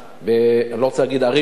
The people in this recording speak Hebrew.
אני לא רוצה להגיד ערים עכשיו,